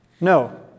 No